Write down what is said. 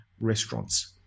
restaurants